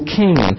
king